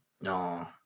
No